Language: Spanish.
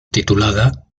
titulada